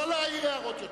לא להעיר הערות עוד.